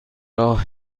راه